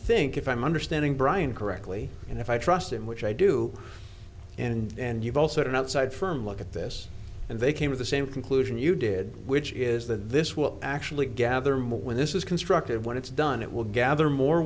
think if i'm understanding brian correctly and if i trust him which i do and you've also been outside firm look at this and they came to the same conclusion you did which is that this will actually gather more when this is constructed when it's done it will gather more